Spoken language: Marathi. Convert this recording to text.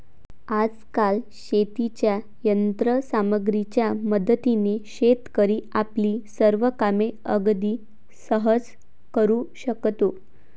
आजकाल शेतीच्या यंत्र सामग्रीच्या मदतीने शेतकरी आपली सर्व कामे अगदी सहज करू शकतो